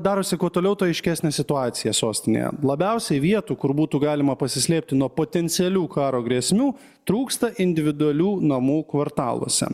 darosi kuo toliau tuo aiškesnė situacija sostinėje labiausiai vietų kur būtų galima pasislėpti nuo potencialių karo grėsmių trūksta individualių namų kvartaluose